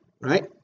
right